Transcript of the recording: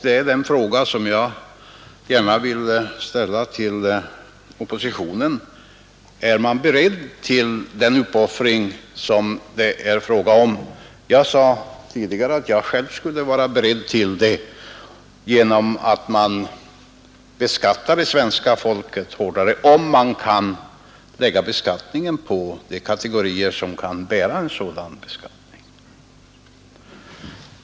Detta är den fråga som jag gärna vill ställa till oppositionen: Är man beredd att göra den uppoffring som det är fråga om? Jag sade tidigare att jag själv skulle vara beredd till den genom att man beskattar det svenska folket hårdare, om man kan lägga beskattningen på de kategorier som orkar bära en sådan beskattning.